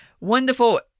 wonderful